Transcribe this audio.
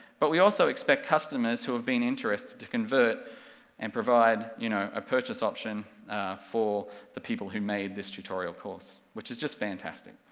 but we also expect customers who have been interested to convert and provide, you know, a purchase option for the people who made this tutorial course, which is just fantastic.